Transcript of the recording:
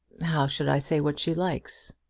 how should i say what she likes?